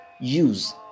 Use